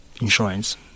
insurance